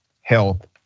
health